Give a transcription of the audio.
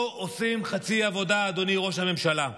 לא עושים חצי עבודה, אדוני ראש הממשלה.